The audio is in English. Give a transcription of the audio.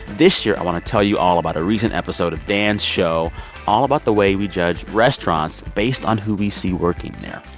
this year, i want to tell you all about a recent episode of dan's show all about the way we judge restaurants based on who we see working there.